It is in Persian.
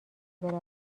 بره